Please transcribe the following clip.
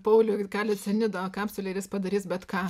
pauliui ir kalio cianido kapsulę ir jis padarys bet ką